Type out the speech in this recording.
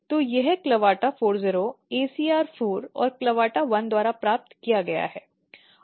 तो यह CLAVATA40 ACR4 और CLAVATA1 द्वारा प्राप्त किया गया है